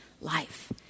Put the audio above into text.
life